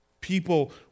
People